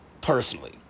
personally